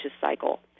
cycle